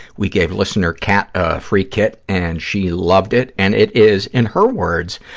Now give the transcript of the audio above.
we gave listener kat a free kit and she loved it, and it is, in her words,